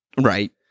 Right